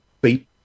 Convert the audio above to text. beat